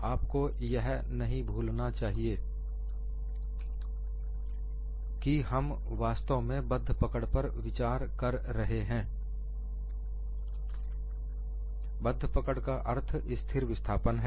आपको यह नहीं भूलना चाहिए कि हम वास्तव में बद्ध पकड़ पर विचार कर रहे हैं बद्ध पकड़ का अर्थ स्थिर विस्थापन है